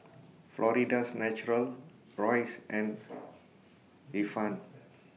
Florida's Natural Royce and Ifan